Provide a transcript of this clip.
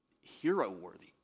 hero-worthy